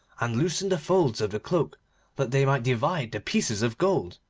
and loosened the folds of the cloak that they might divide the pieces of gold.